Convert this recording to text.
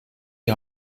die